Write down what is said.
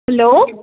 hello